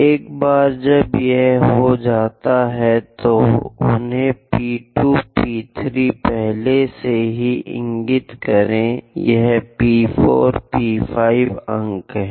एक बार जब यह हो जाता है तो उन्हें P 2 P 3 पहले से ही इंगित करें यह P 4 P 5 अंक है